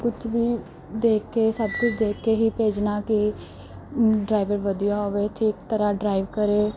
ਕੁਛ ਵੀ ਦੇਖ ਕੇ ਸਭ ਕੁਝ ਦੇਖ ਕੇ ਹੀ ਭੇਜਣਾ ਕਿ ਡਰਾਈਵਰ ਵਧੀਆ ਹੋਵੇ ਠੀਕ ਤਰ੍ਹਾਂ ਡਰਾਈਵ ਕਰੇ